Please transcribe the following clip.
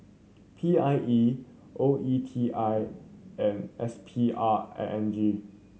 P I E O E T I and S P R I N G